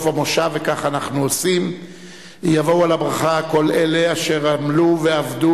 קו עימות דרומי אשר מתמודדים עם מצב ביטחוני